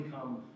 come